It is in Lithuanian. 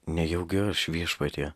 nejaugi aš viešpatie